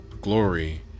glory